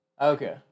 Okay